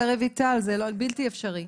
זה בלתי אפשרי.